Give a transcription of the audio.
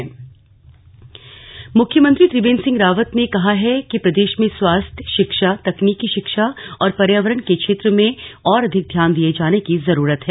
CM UNDP मुख्यमंत्री त्रिवेन्द्र सिंह रावत ने कहा है कि प्रदेश में स्वास्थ्य शिक्षा तकनीकि शिक्षा और पर्यावरण के क्षेत्र में और अधिक ध्यान दिये जाने की जरूरत है